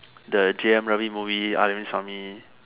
the Jayam Ravi movie Arvind Swamy